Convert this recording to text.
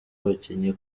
abakinyi